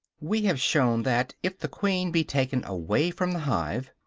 we have shown that, if the queen be taken away from the hive,